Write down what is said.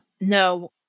No